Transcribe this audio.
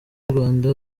rwanda